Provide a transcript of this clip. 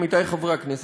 עמיתי חברי הכנסת,